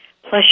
Plus